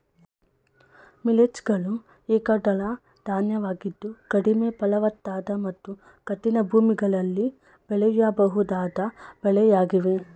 millets ಗಳು ಏಕದಳ ಧಾನ್ಯವಾಗಿದ್ದು ಕಡಿಮೆ ಫಲವತ್ತಾದ ಮತ್ತು ಕಠಿಣ ಭೂಮಿಗಳಲ್ಲಿ ಬೆಳೆಯಬಹುದಾದ ಬೆಳೆಯಾಗಿವೆ